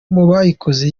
bayikoze